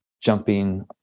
jumping